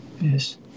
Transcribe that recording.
Yes